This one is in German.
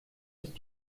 ist